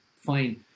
fine